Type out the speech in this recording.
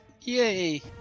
Yay